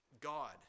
God